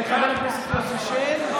של חבר הכנסת יוסי שיין,